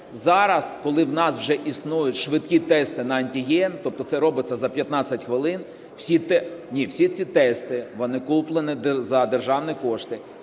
Зараз, коли в нас вже існують швидкі тести на антиген, тобто це робиться за 15 хвилин… Ні, всі ці тести, вони куплені за державні кошти.